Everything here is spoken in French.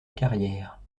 carrière